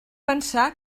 pensar